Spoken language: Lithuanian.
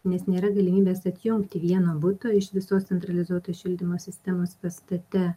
nes nėra galimybės atjungti vieno buto iš visos centralizuoto šildymo sistemos pastate